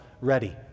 ready